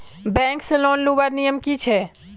Bank से loan लुबार नियम की छे?